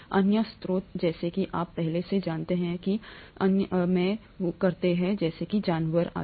अन्य स्रोत जैसे कि आप पहले से जानते हैं कि अन्य स्रोत भी हुआ करते थे जैसे कि जानवर आदि